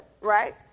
right